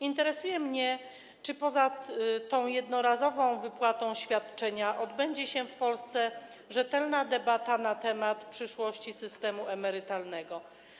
Interesuje mnie, czy poza tą jednorazową wypłatą świadczenia odbędzie się w Polsce rzetelna debata na temat przyszłości systemu emerytalnego.